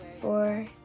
four